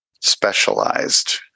Specialized